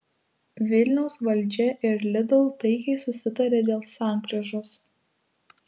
vilniaus valdžia ir lidl taikiai susitarė dėl sankryžos